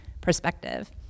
perspective